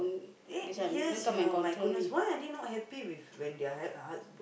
eight years you know my goodness why are they not happy with when they are ha~